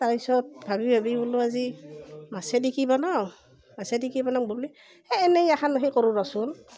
তাৰপিছত ভাবি ভাবি বোলো আজি মাছেদি কি বনাও মাছেদি কি বনাও বুলি এই এনেই এখন সেই কৰো ৰচোন